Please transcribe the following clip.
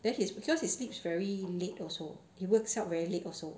then he's because he sleeps very late also he wakes up very late also